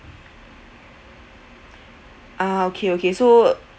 ah okay okay so